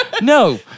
No